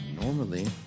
normally